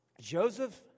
Joseph